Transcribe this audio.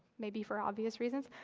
maybe for obvious reasons.